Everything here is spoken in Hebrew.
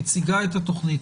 מציגה את התוכנית,